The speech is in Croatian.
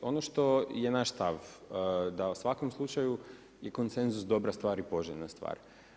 Ono što je naš stav da u svakom slučaju je konsenzus dobra stvar i poželjna stvar.